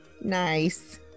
nice